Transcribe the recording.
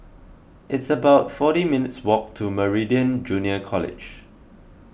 it's about forty minutes' walk to Meridian Junior College